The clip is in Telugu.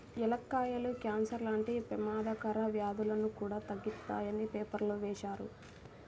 యాలుక్కాయాలు కాన్సర్ లాంటి పెమాదకర వ్యాధులను కూడా తగ్గిత్తాయని పేపర్లో వేశారు